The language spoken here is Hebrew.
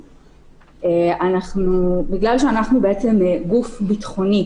בגלל שאנחנו בעצם גוף ביטחוני